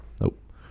Nope